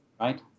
right